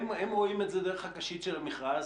הם רואים את זה דרך הקשית של המכרז.